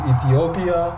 Ethiopia